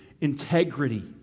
integrity